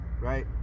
right